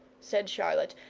said charlotte,